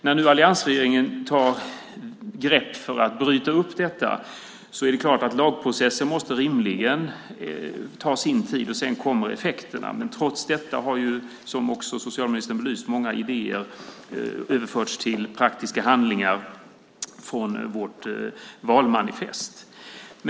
När nu alliansregeringen tar grepp för att bryta upp detta måste lagprocessen rimligen ta sin tid. Sedan kommer effekterna. Trots detta har, som socialministern också har belyst, många idéer från vårt valmanifest överförts till praktiska handlingar. Herr talman!